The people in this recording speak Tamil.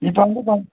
இப்போ வந்து இப்போ